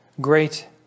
Great